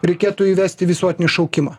reikėtų įvesti visuotinį šaukimą